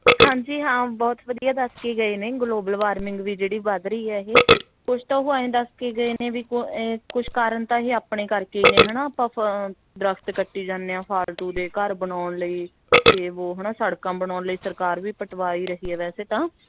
ਹਾਂਜੀ ਹਾਂ ਬਹੁਤ ਵਧੀਆ ਦੱਸ ਕੇ ਗਏ ਨੇ ਗਲੋਬਲ ਵਾਰਮਿੰਗ ਵੀ ਜਿਹੜੀ ਵੱਧ ਰਹੀ ਹੈ ਇਹ ਕੁਛ ਤਾਂ ਉਹ ਐਂਏ ਦੱਸ ਕੇ ਗਏ ਨੇ ਵੀ ਕੁ ਕੁਛ ਕਾਰਨ ਤਾਂ ਇਹ ਆਪਣੇ ਕਰਕੇ ਹੀ ਨੇ ਹੈ ਨਾ ਆਪਾਂ ਪ ਦਰੱਖਤ ਕੱਟੀ ਜਾਂਦੇ ਹਾਂ ਫਾਲਤੂ ਦੇ ਘਰ ਬਣਾਉਣ ਲਈ ਯੇ ਵੋ ਹੈ ਨਾ ਸੜਕਾਂ ਬਣਾਉਣ ਲਈ ਸਰਕਾਰ ਵੀ ਪਟਵਾ ਹੀ ਰਹੀ ਹੈ ਵੈਸੇ ਤਾਂ